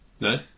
No